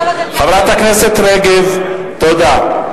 שמנו אותה, חברת הכנסת רגב, תודה.